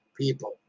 people